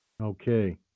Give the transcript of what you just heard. Okay